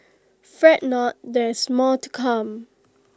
fret not there is more to come